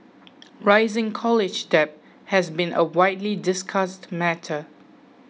rising college debt has been a widely discussed matter